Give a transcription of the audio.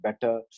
better